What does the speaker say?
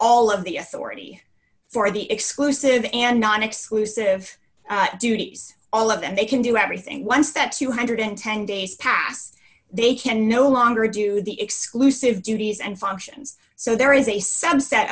of the authority for the exclusive and non exclusive duties all of them they can do everything one step two hundred and ten days past they can no longer do the exclusive duties and functions so there is a subset